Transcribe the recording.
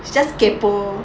it's just kaypoh lor